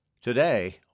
Today